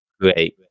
great